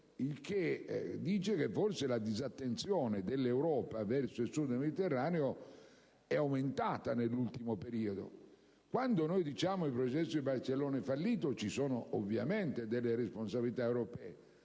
E ciò dimostra che, forse, la disattenzione dell'Europa verso il Sud del Mediterraneo nell'ultimo periodo è aumentata. Si dice che il Processo di Barcellona è fallito: ci sono ovviamente delle responsabilità europee,